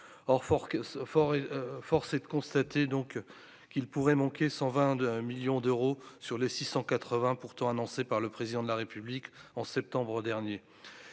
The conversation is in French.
fort, force est de constater, donc qu'il pourrait manquer 122 millions d'euros sur les 680 pourtant annoncé par le président de la République en septembre dernier,